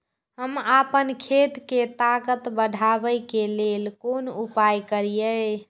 हम आपन खेत के ताकत बढ़ाय के लेल कोन उपाय करिए?